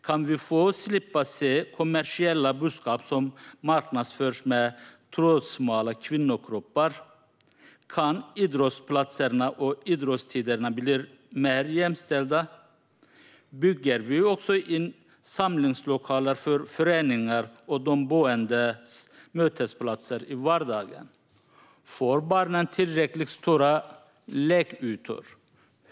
Kan vi få slippa se kommersiella budskap som marknadsförs med trådsmala kvinnokroppar? Kan idrottsplatserna och idrottstiderna bli mer jämställda? Bygger vi in samlingslokaler för föreningar och de boendes mötesplatser i vardagen? Får barnen tillräckligt stora lekytor?